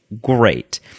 great